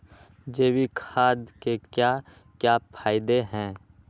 जैविक खाद के क्या क्या फायदे हैं?